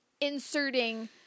inserting